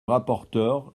rapporteur